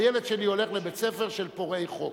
הילד שלי הולך לבית-ספר של פורעי חוק.